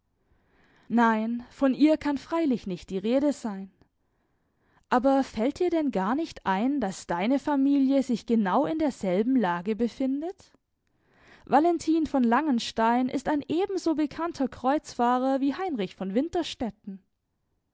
nein von ihr kann freilich nicht die rede sein aber fällt dir denn gar nicht ein daß deine familie sich genau in derselben lage befindet valentin von langenstein ist ein ebenso bekannter kreuzfahrer wie heinrich von